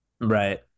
right